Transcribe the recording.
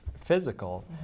physical